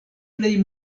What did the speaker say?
plej